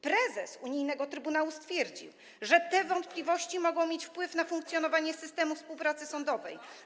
Prezes unijnego Trybunału stwierdził, że te wątpliwości mogą mieć wpływ na funkcjonowanie systemu współpracy sądowej.